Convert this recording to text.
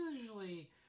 usually